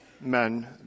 men